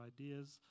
ideas